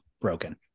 broken